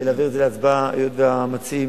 להעביר את זה להצבעה, היות שהמציעים